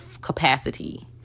capacity